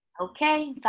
Okay